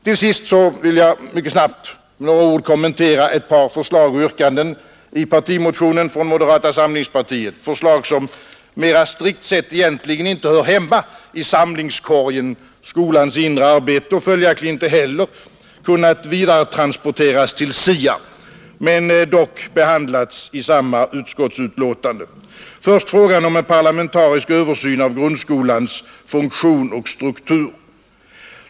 Jag vill mycket snabbt med några ord kommentera några förslag och yrkanden i partimotionen från moderata samlingspartiet, förslag som mera strikt sett egentligen inte hör hemma i samlingskorgen ”skolans inre arbete” och följaktligen inte heller kunnat vidaretransporteras till SIA men dock behandlats i samma utskottsbetänkande. Först frågan om en parlamentarisk översyn av grundskolans funktion och struktur.